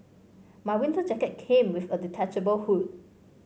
my winter jacket came with a detachable hood